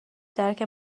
درک